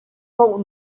poh